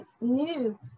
new